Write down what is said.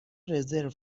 رزرو